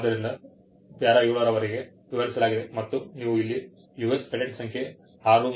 ಆದ್ದರಿಂದ ಪ್ಯಾರಾ 7 ರವರೆಗೆ ವಿವರಿಸಲಾಗಿದೆ ಮತ್ತು ನೀವು ಇಲ್ಲಿ US ಪೇಟೆಂಟ್ ಸಂಖ್ಯೆ 635943 ಅನ್ನು ನೋಡಬಹುದು